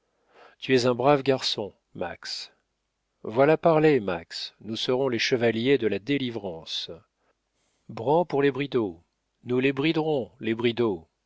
tu es un brave garçon max voilà parler max nous serons les chevaliers de la délivrance bran pour les bridau nous les briderons les bridau